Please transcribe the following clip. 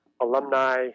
alumni